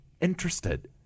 interested